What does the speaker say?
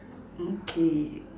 okay